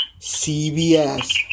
CBS